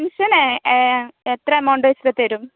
അപ്പോൾ പെൻഷന് എത്ര എമൗണ്ട് വെച്ച് തരും